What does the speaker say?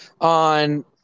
on –